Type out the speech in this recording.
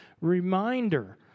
Reminder